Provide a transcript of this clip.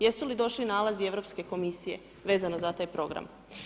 Jesu li došli nalazi Europske komisije vezano za taj Program?